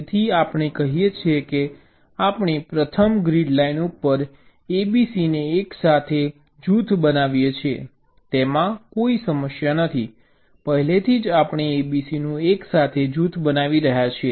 તેથી આપણે કહીએ છીએ કે આપણે પ્રથમ ગ્રીડ લાઇન ઉપર A B C ને એકસાથે જૂથ બનાવીએ છીએ તેમાં કોઈ સમસ્યા નથી પહેલેથી આપણે A B C નું એકસાથે જૂથ બનાવી રહ્યા છીએ